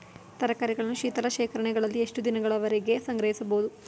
ತರಕಾರಿಗಳನ್ನು ಶೀತಲ ಶೇಖರಣೆಗಳಲ್ಲಿ ಎಷ್ಟು ದಿನಗಳವರೆಗೆ ಸಂಗ್ರಹಿಸಬಹುದು?